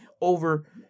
over